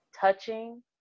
touching